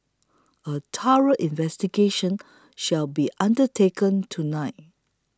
a thorough investigation shall be undertaken tonight